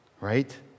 Right